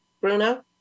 Bruno